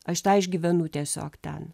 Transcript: aš tą išgyvenu tiesiog ten